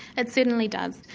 it certainly does.